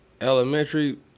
elementary